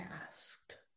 asked